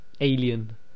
Alien